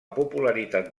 popularitat